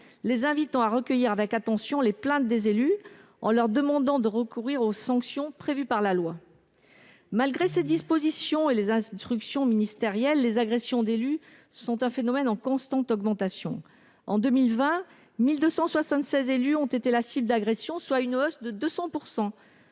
les invitant à recueillir avec attention les plaintes des élus et leur demandant de recourir aux sanctions prévues par la loi. Malgré ces dispositions et les instructions ministérielles, les agressions d'élus sont un phénomène en constante augmentation. En 2020, 1 276 élus ont été la cible d'agressions, soit une hausse de 200